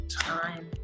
time